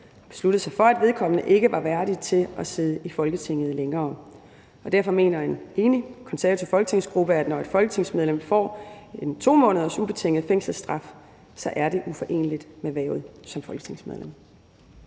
besluttet sig for, at vedkommende ikke var værdig til at sidde i Folketinget længere. Derfor mener en enig konservativ folketingsgruppe, at når et folketingsmedlem får en 2-måneders ubetinget fængselsstraf, er det uforeneligt med hvervet som folketingsmedlem.